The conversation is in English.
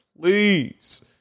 please